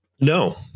no